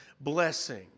blessing